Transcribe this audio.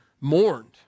mourned